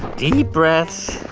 deep breaths